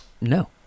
No